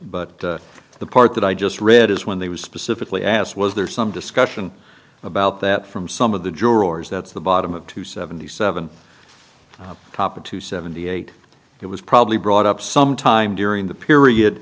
yet but the part that i just read is when they were specifically asked was there some discussion about that from some of the jurors that's the bottom of to seventy seven copper two seventy eight it was probably brought up some time during the period